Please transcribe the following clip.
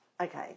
Okay